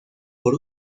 por